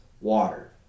water